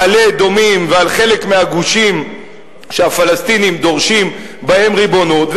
על מעלה-אדומים ועל חלק מהגושים שהפלסטינים דורשים בהם ריבונות,